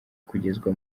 kugezwa